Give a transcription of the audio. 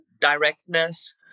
directness